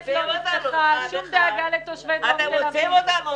שום דאגה לתושבי דרום תל אביב.